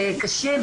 קשים,